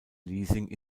leasing